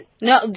No